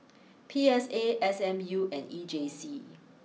P S A S M U and E J C